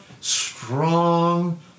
strong